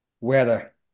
Weather